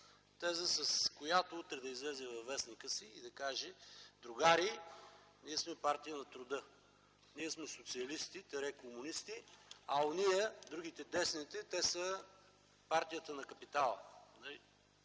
Теза, с която утре да излезе във вестника си и да каже: „Другари, ние сме партия на труда. Ние сме социалисти-комунисти, а ония – другите, десните, те са партията на капитала”.